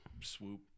swoop